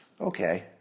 Okay